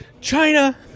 China